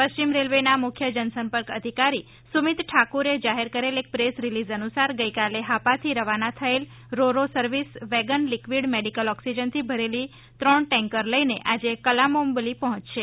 પશ્ચિમ રેલ્વેના મુખ્ય જનસંપર્ક અધિકારી સુમિત ઠાકુરે જાહેર કરેલ એક પ્રેસ રિલીઝ અનુસાર ગઈકાલે હાપાથી રવાના થયેલા ro ro service wagon liquid medical ઓક્સિજનથી ભરેલી ત્રણ ટેન્કર લઈને આજે કલામ્બોલી પહોંચશે